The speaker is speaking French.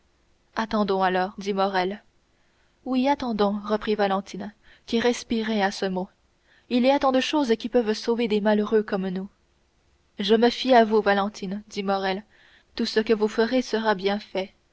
attendons alors dit morrel oui attendons reprit valentine qui respirait à ce mot il y a tant de choses qui peuvent sauver des malheureux comme nous je me fie à vous valentine dit morrel tout ce que vous ferez sera bien fait